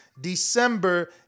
December